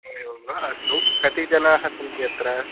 एवं वा अस्तु कति जनाः सन्ति अत्र